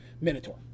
minotaur